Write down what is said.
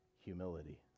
humility